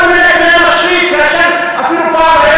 אפילו פעם,